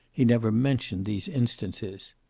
he never mentioned these instances.